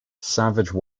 savage